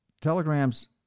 telegrams